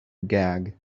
gag